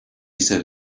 said